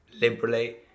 liberally